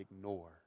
ignore